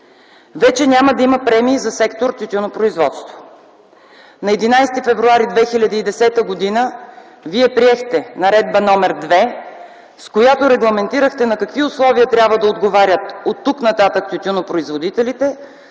Вече няма да има премии за сектор тютюнопроизводство. На 11 февруари 2010 г. Вие приехте Наредба № 2, с която регламентирахте на какви условия трябва да отговарят оттук нататък тютюнопроизводителите,